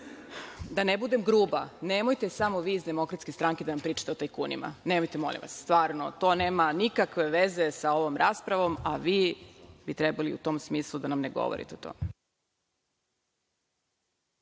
da ne budem gruba, nemojte samo vi iz Demokratske stranke da nam pričate o tajkunima. Nemojte, molim vas. Stvarno, to nema nikakve veze sa ovom raspravom, a vi bi trebali u tom smislu da nam ne govorite o tome.